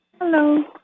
Hello